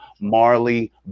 Marley